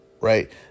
right